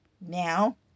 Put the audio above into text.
Now